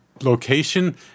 location